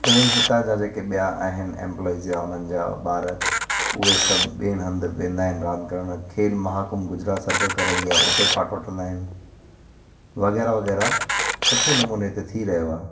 even हितां जा जेके ॿिया आहिनि एम्पलाइज़ या उन्हनि जा ॿार उहे सभु ॿियनि हंधु वेंदा आहिनि रांधि करणु खेल महाकुंभ गुजरात सरकारु कराईंदी आहे उते पार्ट वठंदा आहियूं वग़ैरह वग़ैरह सुठे नमूने हिते थी रहियो आहे